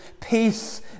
peace